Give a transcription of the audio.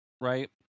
right